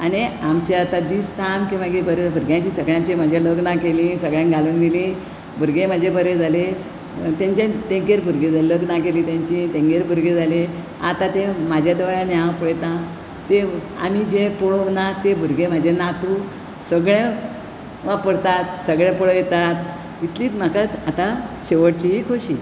आनी आमचे आता दीस सामके मागीर बरे भुरग्यांची सगळ्यांची म्हाज्या लग्नां केलीं सगळ्यांक घालून दिलीं भुरगे म्हाजे बरे जाले तेंच्या तेंगेर भुरगीं जाली लग्नां केली तेंची तेंगेर भुरगीं जाली आता तीं म्हाज्या दोळ्यांनी हांव पळयता ते आमी जे पळोवंक ना ते भुरगे म्हाजे नातू सगळे वापरतात सगळे पळयतात इतलीच म्हाका आतां शेवटची ही खुशी